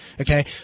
okay